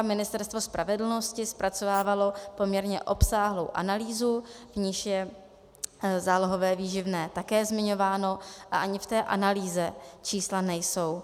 Ministerstvo spravedlnosti zpracovávalo poměrně obsáhlou analýzu, v níž je zálohové výživné také zmiňováno, a ani v té analýze čísla nejsou.